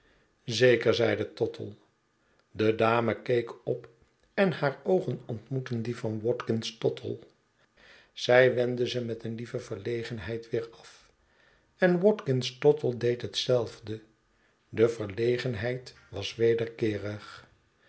zeker zeide tottle de dame keek op en haar oogen ontmoetten die van watkins tottle zij wendde ze met een lieve verlegenheid weer af en watkins tottle deed hetzelfde de verlegenheid was wederkeerig